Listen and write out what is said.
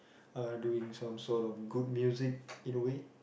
are doing some sort of good music in a way